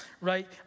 right